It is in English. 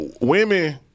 women